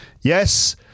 Yes